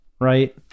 Right